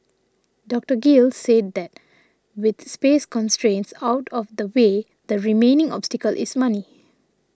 Doctor Gill said that with space constraints out of the way the remaining obstacle is money